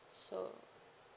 so